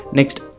Next